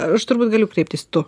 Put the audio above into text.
aš turbūt galiu kreiptis tu